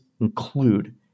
include